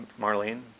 Marlene